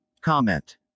comment